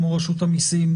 כמו ברשות המיסים,